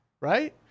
right